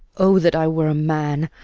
o! that i were a man.